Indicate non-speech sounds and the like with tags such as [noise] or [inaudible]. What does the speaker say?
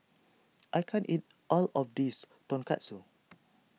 [noise] I can't eat all of this Tonkatsu [noise]